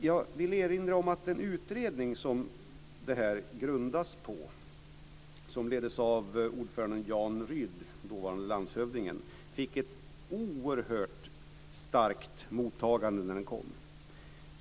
Jag vill erinra om att den utredning som det här grundas på - som leddes av ordföranden Jan Rydh, dåvarande landshövding - fick ett oerhört starkt mottagande när den kom.